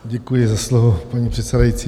Děkuji za slovo, paní předsedající.